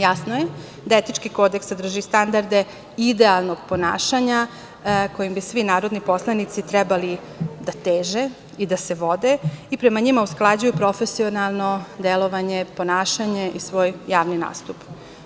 Jasno je da etički kodeks sadrži standarde idealnog ponašanja kojim bi svi narodni poslanici trebali da teže i da se vode i prema njima usklađuju profesionalno delovanje, ponašanje i svoj javni nastup.